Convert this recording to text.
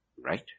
right